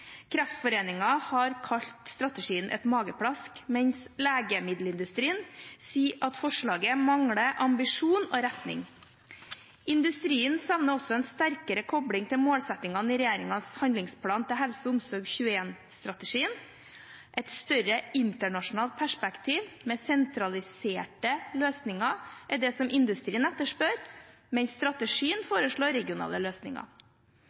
har kalt strategien «et mageplask», mens Legemiddelindustrien sier at forslaget «mangler ambisjon og retning». Industrien savner også en sterkere kobling til målsettingene i regjeringens handlingsplan til HelseOmsorg21-strategien. Et større internasjonalt perspektiv med sentraliserte løsninger er det som industrien etterspør, mens strategien foreslår regionale løsninger.